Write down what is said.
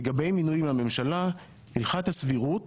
לגבי מינויים בממשלה, הלכת הסבירות